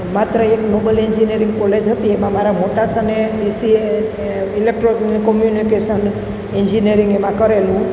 માત્ર એક Noble engineering college હતી એમાં મારા મોટા સ અને બીસીએ ઇલેક્ટ્રો કોમ્યુનિકેશન એન્જિનરિંગ એમાં કરેલું